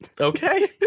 Okay